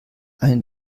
eine